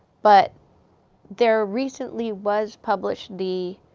but there recently was published the